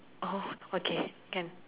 oh okay can